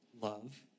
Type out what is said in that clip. love